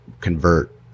convert